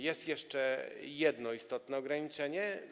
Jest jeszcze jedno istotne ograniczenie.